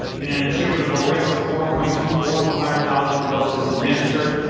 and an attributable risk of four point two four per hundred thousand doses administered.